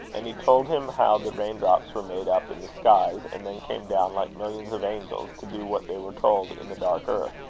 and he told him how the rain-drops were made up in the skies, and then came down, like millions of angels, to do what they were told in the dark earth.